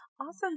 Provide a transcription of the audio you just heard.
Awesome